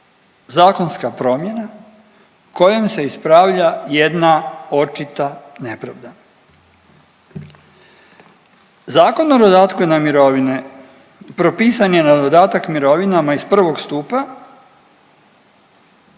zakonska promjena kojom se ispravlja jedna očita nepravda. Zakon o dodatku na mirovine, propisan je na dodatak mirovinama iz 1. stupa